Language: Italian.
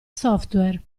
software